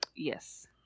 Yes